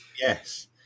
Yes